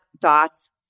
thoughts